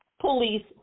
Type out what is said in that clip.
police